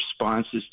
responses